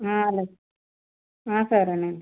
అలాగే సరేను అండి